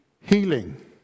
healing